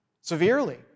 severely